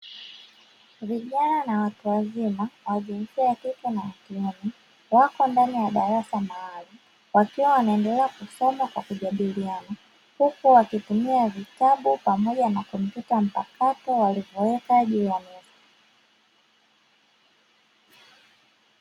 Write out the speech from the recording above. Vijana na watu wazima wa jinsia ya kike na ya kiume, wako ndani ya darasa maalumu, wakiwa wanaendelea kusoma kwa kujadiliana, huku wakitumia vitabu pamoja na kompyuta mpakato walivyoweka juu ya meza.